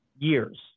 Years